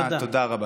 תודה רבה.